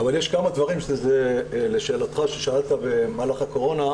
אבל יש כמה דברים לשאלתך ששאלת במהלך הקורונה,